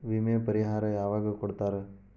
ವಿಮೆ ಪರಿಹಾರ ಯಾವಾಗ್ ಕೊಡ್ತಾರ?